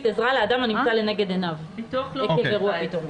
עזרה לאדם הנמצא לנגד עיניו עקב אירוע פתאומי.